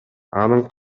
анын